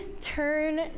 turn